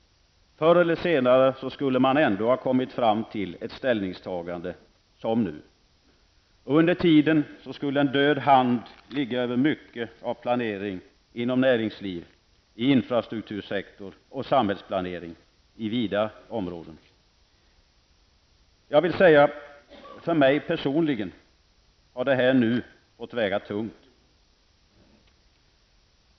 Förr eller senare skulle man ändå ha kommit fram till ett ställningstagande som nu. Under tiden skulle en död hand ligga över mycket av planering inom näringslliv, i infrastruktursektor och samhällsplanering i vida områden. Jag vill säga att för mig personligen har detta nu fått väga tungt.